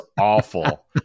awful